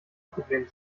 problem